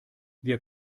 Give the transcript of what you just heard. wir